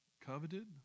coveted